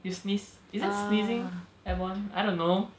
you sneeze isn't sneezing airborne I don't know